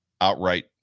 outright